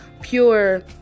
pure